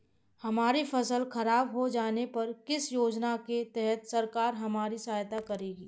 हमारी फसल खराब हो जाने पर किस योजना के तहत सरकार हमारी सहायता करेगी?